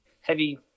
heavy